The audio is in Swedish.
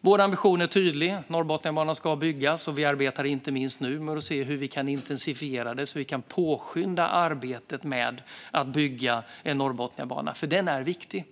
Vår ambition är tydlig. Norrbotniabanan ska byggas. Vi arbetar inte minst nu med att se hur vi kan intensifiera det så att vi kan påskynda arbetet med att bygga Norrbotniabanan. Den är viktig.